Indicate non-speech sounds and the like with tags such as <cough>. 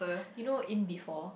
<breath> you in know in B four